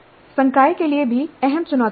संकाय के लिए भी अहम चुनौतियां हैं